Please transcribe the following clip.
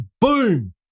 boom